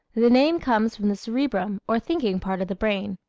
the name comes from the cerebrum or thinking part of the brain.